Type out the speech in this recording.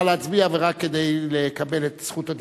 נא להצביע ורק כדי לקבל את זכות הדיבור.